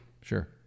Sure